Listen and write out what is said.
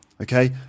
okay